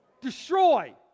Destroy